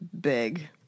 big